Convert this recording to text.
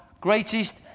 greatest